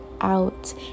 out